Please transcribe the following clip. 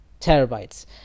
terabytes